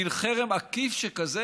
מין חרם עקיף שכזה.